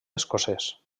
escocès